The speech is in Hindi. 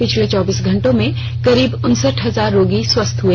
पिछले चौबीस घंटे में करीब उनसठ हजार रोगी स्वस्थ हए